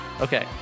Okay